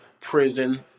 prison